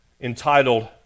entitled